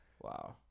Wow